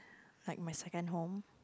like my second home